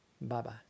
Bye-bye